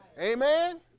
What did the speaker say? Amen